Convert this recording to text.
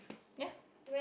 ya